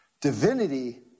Divinity